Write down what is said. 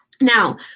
Now